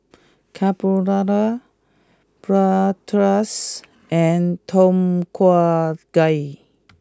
Carbonara Bratwurst and Tom Kha Gai